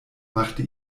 machte